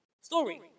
Story